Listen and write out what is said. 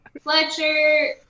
Fletcher